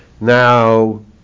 Now